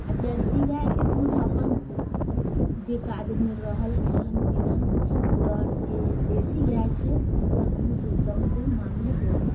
आ जर्सी गायके दूध अपन जे काजमे रहल खेलनि पीलनि मगर जे देशी गाए छै हुनकर दूध एकदमसँ माने पड़ल